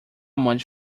much